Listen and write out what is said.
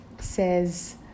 says